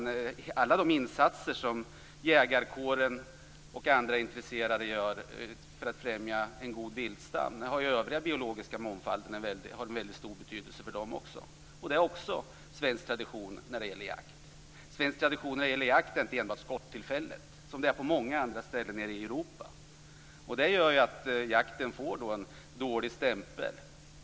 Alla de insatser som jägarkåren och andra intresserade gör för att främja en god viltstam har också en väldigt stor betydelse för den övriga biologiska mångfalden. Detta är också svensk tradition när det gäller jakt. Svensk tradition när det gäller jakt är inte enbart skottillfället, som det är på många andra ställen nere i Europa. Det gör att jakten får en dålig stämpel.